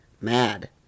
Mad